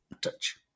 touch